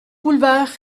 boulevard